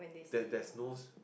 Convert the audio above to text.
that there's no